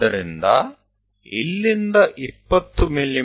ಆದ್ದರಿಂದ ಇಲ್ಲಿಂದ 20 ಮಿ